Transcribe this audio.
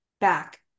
back